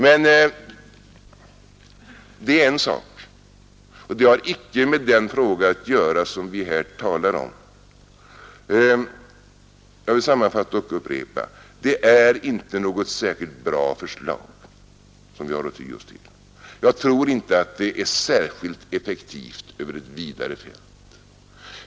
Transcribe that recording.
Men det är en sak, och det har icke med den fråga att göra som vi här talar om. Jag vill sammanfatta och upprepa: Det är inte något särskilt bra förslag som vi har att ty oss till. Jag tror inte att det är särskilt effektivt över vidare fält.